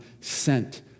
sent